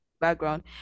background